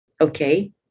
okay